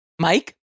mike